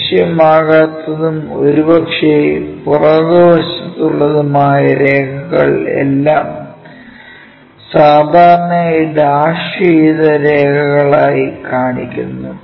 ദൃശ്യമാകാത്തതും ഒരുപക്ഷേ പുറകുവശത്തുള്ളതുമായ രേഖകൾ എല്ലാം സാധാരണയായി ഡാഷ് ചെയ്ത രേഖകൾ ആയി കാണിക്കുന്നു